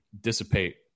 dissipate